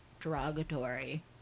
derogatory